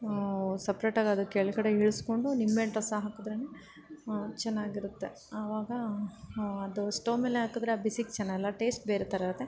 ಸಪ್ರೇಟಾಗಿ ಅದು ಕೆಳಗಡೆ ಇಳಿಸ್ಕೊಂಡು ನಿಂಬೆಹಣ್ಣು ರಸ ಹಾಕಿದ್ರೇನೆ ಚೆನ್ನಾಗಿರುತ್ತೆ ಆವಾಗ ಅದು ಸ್ಟವ್ ಮೇಲೆ ಹಾಕಿದ್ರೆ ಆ ಬಿಸಿಗೆ ಚೆನ್ನಲ್ಲ ಟೇಶ್ಟ್ ಬೇರೆ ಥರ ಇರುತ್ತೆ